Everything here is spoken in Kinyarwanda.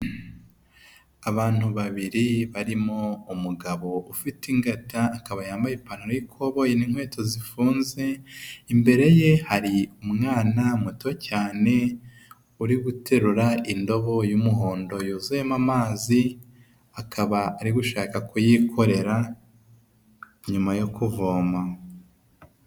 Abantu babiri barimo umugabo ufite ingata akaba yambaye ipantaro yikoboyi n'inkweto zifunze. Imbere ye hari umwana muto cyane uri guterura indobo y'umuhondo yuzuyemo amazi akaba ari gushaka kuyikorera nyuma yo kuvoma.